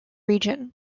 region